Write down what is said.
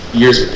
years